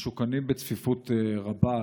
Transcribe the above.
שמשוכנים בצפיפות רבה,